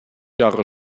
jahre